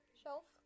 shelf